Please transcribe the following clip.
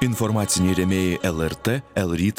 informaciniai rėmėjai lrtel rytas